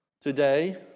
Today